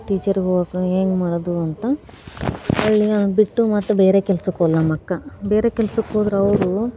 teacher ಹೋಗೋಕೆ ಹೇಗೆ ಮಾಡೋದು ಅಂತ ಎಲ್ಲ ಬಿಟ್ಟು ಮತ್ತೆ ಬೇರೆ ಕೆಲ್ಸಕ್ಕೆ ನಮ್ಮಕ್ಕ ಬೇರೆ ಕೆಲ್ಸಕ್ಕೆ ಹೋದರೆ ಅವರು